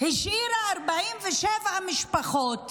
והשאירה 47 משפחות,